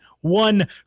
one